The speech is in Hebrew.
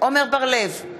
עמר בר-לב,